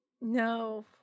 No